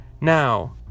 Now